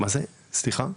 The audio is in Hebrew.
סליחה,